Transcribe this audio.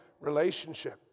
relationship